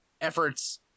efforts